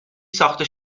ساخته